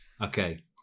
Okay